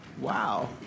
wow